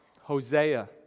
Hosea